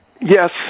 yes